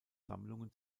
sammlungen